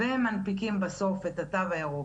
ומנפיקים בסוף את התו הירוק.